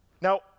Now